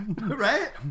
Right